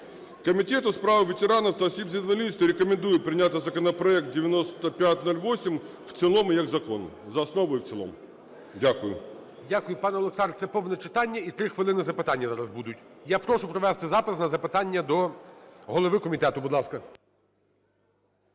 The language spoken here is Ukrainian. Комітет у справах ветеранів та осіб з інвалідністю рекомендує прийняти законопроект 9508 в цілому як закон за основу і в цілому. Дякую. ГОЛОВУЮЧИЙ. Дякую. Пане Олександре, це повне читання і 3 хвилини запитання зараз будуть. Я прошу провести запис на запитання до голови комітету, будь ласка.